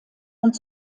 und